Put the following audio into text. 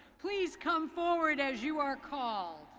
please come forward as you are called.